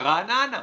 רעננה.